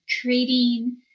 creating